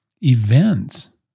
events